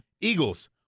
Eagles